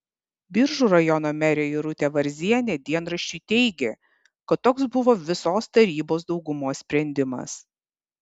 biržų rajono merė irutė varzienė dienraščiui teigė kad toks buvo visos tarybos daugumos sprendimas